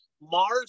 Mars